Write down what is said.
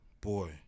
Boy